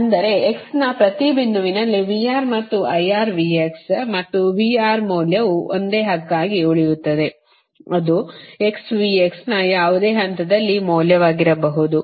ಅಂದರೆ x ನ ಪ್ರತಿ ಬಿಂದುವಿನಲ್ಲಿ VR ಮತ್ತು IR v ಮತ್ತು VR ಮೌಲ್ಯವು ಒಂದೇ ಹಕ್ಕಾಗಿ ಉಳಿಯುತ್ತದೆ ಅದು x V x ನ ಯಾವುದೇ ಹಂತದಲ್ಲಿ ಮೌಲ್ಯವಾಗಿರಬಹುದು